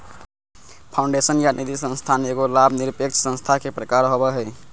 foundation या निधिसंस्था एगो लाभ निरपेक्ष संस्था के प्रकार होवो हय